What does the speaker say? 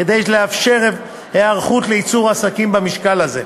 כדי לאפשר היערכות לייצור השקים במשקל זה.